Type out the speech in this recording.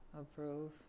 Approve